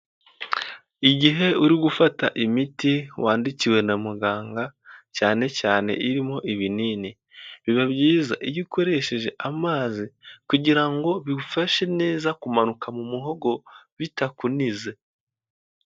Igihe uri gufata imiti wandikiwe na muganga, cyane cyane irimo ibinini, biba byiza iyo ukoresheje amazi, kugira ngo bigufashe neza kumanuka mu muhogo, bitakunize.